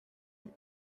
your